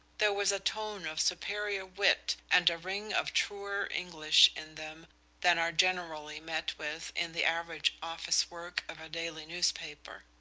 there was a tone of superior wit and a ring of truer english in them than are generally met with in the average office work of a daily newspaper.